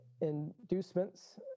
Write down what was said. inducements